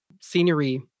scenery